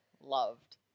loved